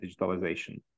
digitalization